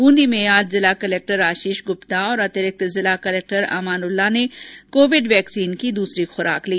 बुंदी में आज जिला कलेक्टर आशीष गुप्ता और अतिरिक्त जिला कलेक्टर अमानुल्ला ने कोविड यैक्सीन की दूसरी खुराक ली